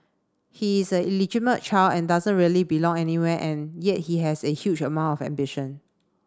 he is a child and doesn't really belong anywhere and yet he has a huge amount of ambition